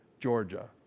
Georgia